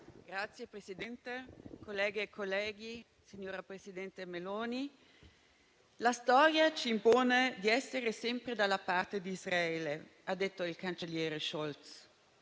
Signor Presidente, colleghi, colleghe, signora presidente Meloni, la storia ci impone di essere sempre dalla parte di Israele, ha detto il cancelliere Scholz.